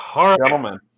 gentlemen